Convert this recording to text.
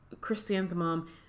chrysanthemum